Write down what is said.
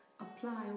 apply